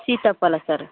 ಸೀತಾಫಲ ಸರ್